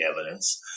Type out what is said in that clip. evidence